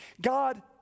God